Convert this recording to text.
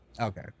Okay